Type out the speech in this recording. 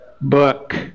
book